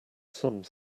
some